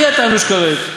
אי אתה ענוש כרת,